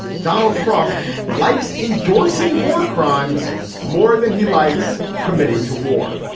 donald trump likes endorsing war crimes more than he likes committing to war.